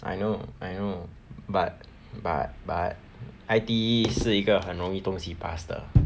I know I know but but but I_T_E 是一个很容易东西 pass 的